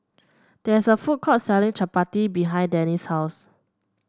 there is a food court selling Chapati behind Dannie's house